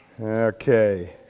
Okay